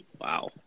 Wow